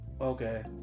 okay